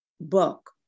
book